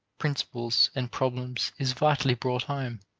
principles, and problems is vitally brought home.